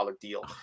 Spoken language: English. deal